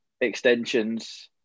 extensions